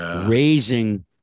raising